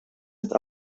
het